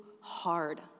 hard